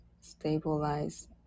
stabilize